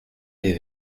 les